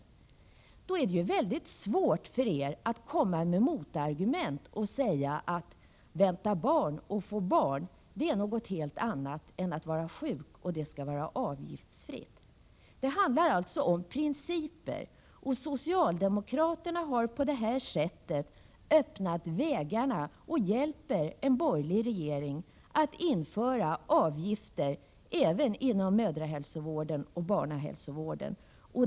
Då är det väldigt svårt för er att komma med motargument och säga att detta att vänta barn och få barn är något annat än att vara sjuk och att det skall vara avgiftsfritt. Det handlar alltså om principer. Socialdemokraterna har på detta sätt öppnat vägarna för och hjälper en borgerlig regering att införa avgifter inom mödrahälsovården och barnhälsovården.